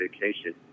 vacation